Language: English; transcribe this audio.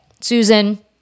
Susan